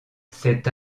cet